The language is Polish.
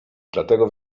dlatego